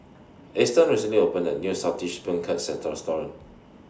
Easton recently opened A New Saltish Beancurds Restaurant